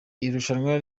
irushanwa